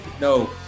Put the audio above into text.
No